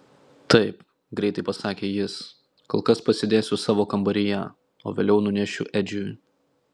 taip greitai pasakė jis kol kas pasidėsiu savo kambaryje o vėliau nunešiu edžiui